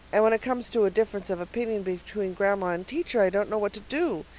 and when it comes to a difference of opinion between grandma and teacher i don't know what to do.